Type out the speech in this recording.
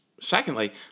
Secondly